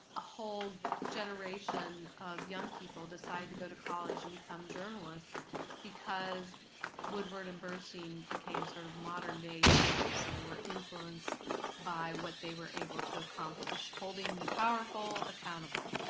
a whole generation of young people decide to go to college and become journalists because woodward and bernstein became sort of modern-day heroes and they were influenced by what they were able to accomplish. holding the powerful accountable.